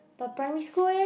but primary school leh